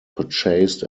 purchased